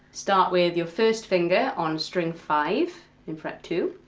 start with your first finger on string five in fret two,